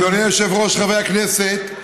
אדוני היושב-ראש, חברי הכנסת,